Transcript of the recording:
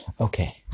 Okay